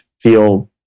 feel